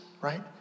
right